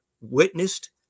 witnessed